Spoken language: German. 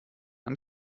sie